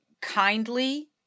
kindly